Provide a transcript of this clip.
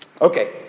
Okay